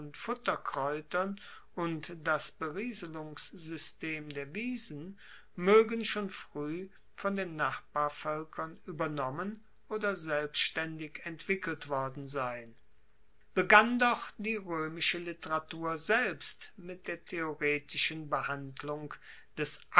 futterkraeutern und das berieselungssystem der wiesen moegen schon frueh von den nachbarvoelkern uebernommen oder selbstaendig entwickelt worden sein begann doch die roemische literatur selbst mit der theoretischen behandlung des